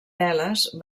veles